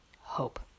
Hope